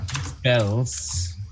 spells